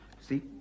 See